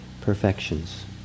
perfections